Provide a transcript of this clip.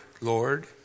Lord